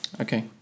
Okay